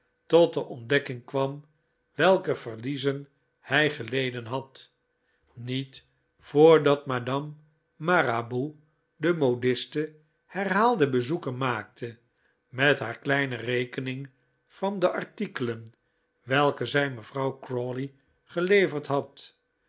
tot de ontdekking kwam welke verliezen hij geleden had niet voordat madame marabou de modiste herhaalde bezoeken maakte met haar kleine rekening van de artikelen welke zij mevrouw crawley geleverd had